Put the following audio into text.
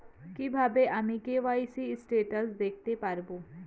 কিভাবে আমি KYC status দেখতে পারবো?